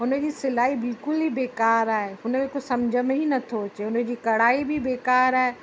हुनजी सिलाई बिल्कुलु ई बेकारु आहे हुन में कुझु समुझ में ई न थो अचे हुनजी कढ़ाई बि बेकारु आहे